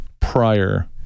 prior